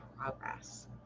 progress